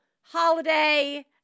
holiday